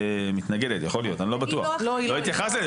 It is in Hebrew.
לא התייחסת לזה, לכן אמרתי שיכול להיות.